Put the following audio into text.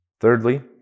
Thirdly